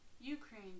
Ukraine